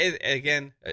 again